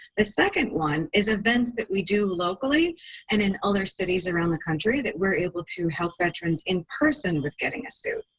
the second one is events that we do locally and in other cities around the country that we're able to help veterans in person with getting a suit.